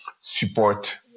support